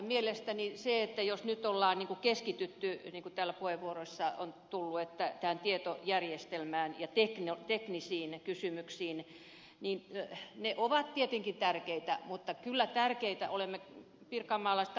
mielestäni se jos nyt on keskitytty niin kuin täällä puheenvuoroissa on tullut esille tähän tietojärjestelmään ja teknisiin kysymyksiin on tietenkin tärkeitä mutta kyllä tärkeitä olemme tärkeätä